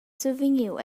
survegniu